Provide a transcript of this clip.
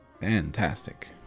Fantastic